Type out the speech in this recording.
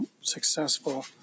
successful